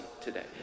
today